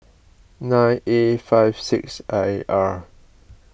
nine A five six I R